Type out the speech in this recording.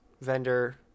vendor